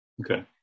okay